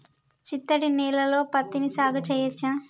చిత్తడి నేలలో పత్తిని సాగు చేయచ్చా?